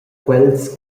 quels